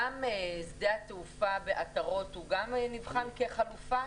גם שדה התעופה בעטרות נבחן כחלופה?